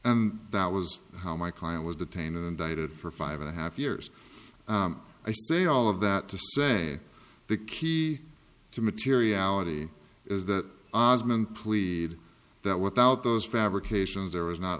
and that was how my client was detained and indicted for five and a half years i say all of that to say the key to materiality is that ozment plead that without those fabrications there is not